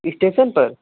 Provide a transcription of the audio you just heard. station पर